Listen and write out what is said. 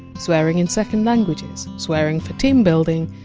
swearing in second languages, swearing for team-building,